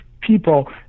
people